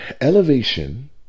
elevation